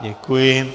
Děkuji.